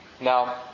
Now